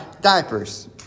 diapers